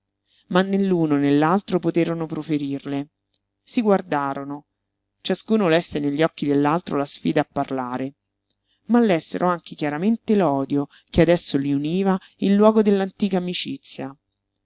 né l'uno né l'altro poterono proferirle si guardarono ciascuno lesse negli occhi dell'altro la sfida a parlare ma lessero anche chiaramente l'odio che adesso li univa in luogo dell'antica amicizia